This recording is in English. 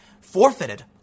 forfeited